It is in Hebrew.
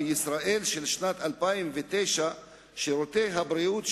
בישראל של שנת 2009 שירותי הבריאות,